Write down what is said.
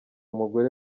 mugore